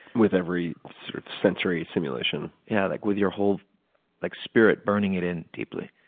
with every sort of sensory simulation? yeah, like with your whole like spirit, burning it in deeply.